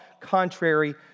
contrary